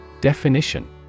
Definition